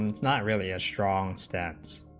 um it's not really a strong sense